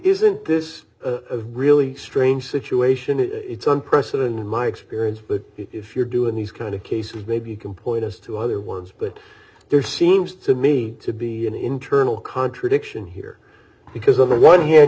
sn't this a really strange situation it's unprecedented in my experience but if you're doing these kind of cases maybe you can point us to other words but there seems to me to be an internal contradiction here because of the one hand